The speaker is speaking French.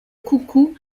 coucou